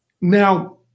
Now